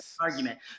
argument